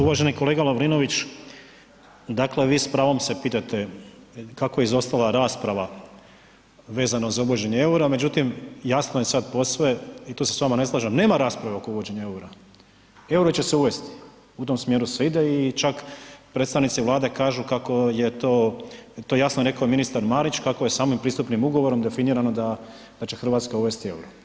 Uvaženi kolega Lovrinović, dakle vi s pravom se pitate kako je izostala rasprava vezano za uvođenje EUR-a međutim jasno je sad posve i tu se s vama ne slažem, nema rasprave oko uvođenja EUR-a, EUR-o će se uvesti, u tom smjeru se ide i čak predstavnici Vlade kažu kako je to, to je jasno rekao ministar Marić kako je samim pristupnim ugovorom definirano da će Hrvatska uvesti EUR-o.